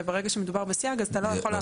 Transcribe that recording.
וברגע שמדובר בסייג אז אתה לא יכול להפעיל.